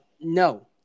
No